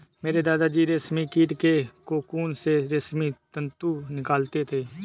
मेरे दादा जी रेशमी कीट के कोकून से रेशमी तंतु निकालते थे